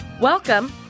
Welcome